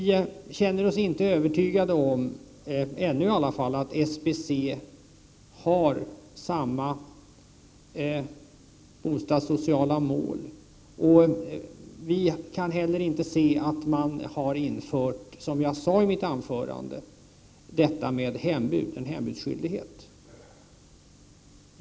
Vi känner oss inte övertygade om — i varje fall inte ännu — att SBC har samma bostadssociala mål som allmännyttan. Vi kan, som jag sade i mitt anförande, inte heller se att man infört någon hembudsskyldighet.